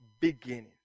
beginning